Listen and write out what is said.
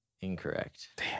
Incorrect